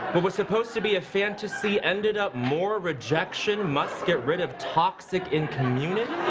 what was supposed to be a fantasy ended up more rejection. must get rid of toxic in community.